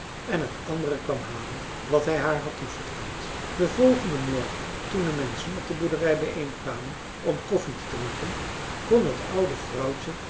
en het andere kwam halen wat hij haar had toevertrouwd den volgenden morgen toen de menschen op de boerderij bijeen kwamen om koffie te drinken kon t oude vrouwtje